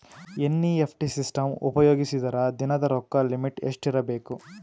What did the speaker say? NEFT system ಉಪಯೋಗಿಸಿದರ ದಿನದ ರೊಕ್ಕದ ಲಿಮಿಟ್ ಎಷ್ಟ ಇರಬೇಕು?